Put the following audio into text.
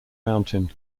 mountain